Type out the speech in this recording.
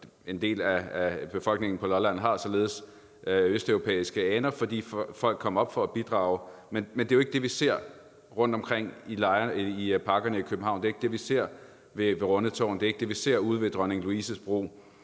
En del af befolkningen på Lolland har således østeuropæiske aner, fordi folk kommer for at bidrage. Men det er jo ikke det, vi ser rundtomkring i parkerne i København. Det er ikke det, vi ser ved Rundetårn. Det er ikke det, vi ser ude ved Dronning Louises Bro.